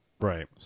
Right